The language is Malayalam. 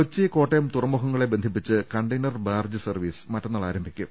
കൊച്ചി കോട്ടയം തുറമുഖങ്ങളെ ബന്ധിപ്പിച്ച് കണ്ടെയ്നർ ബാർജ് സർവീസ് മറ്റന്നാൾ ആരംഭിക്കും